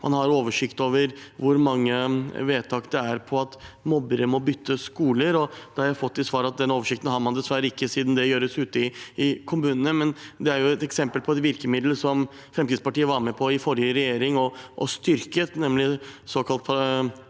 man har oversikt over hvor mange vedtak det er på at mobbere må bytte skoler. Da har jeg fått til svar at den oversikten har man dessverre ikke, siden det gjøres ute i kommunene. Det er et eksempel på et virkemiddel som Fremskrittspartiet var med på å styrke i forrige regjering, nemlig §